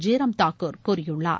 ஜெய்ராம் தாக்கூர் கூறியுள்ளார்